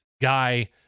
guy